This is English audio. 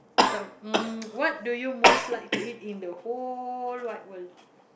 mm what do you most like to eat in the whole wide world